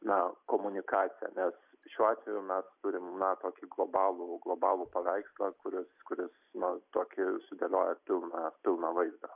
na komunikacija nes šiuo atveju mes turim na tokį globalų globalų paveikslą kuris kuris na tokį sudėliojo pilną pilną vaizdą